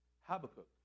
Habakkuk